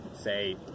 Say